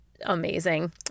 amazing